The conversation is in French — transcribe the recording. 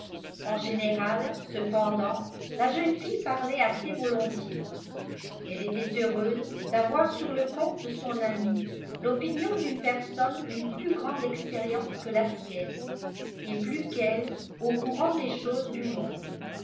en général cependant la jeune fille parlait assez volontiers elle était heureuse d'avoir sur le compte de son ami l'opinion d'une personne d'une plus grande expérience que la sienne et plus qu'elle au courant des choses du monde